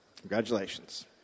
Congratulations